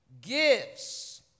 Gifts